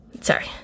sorry